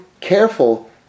careful